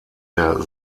der